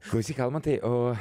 klausyk mantai o